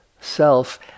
self